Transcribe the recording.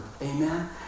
amen